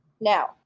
Now